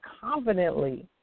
confidently